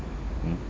mm